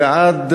ועד: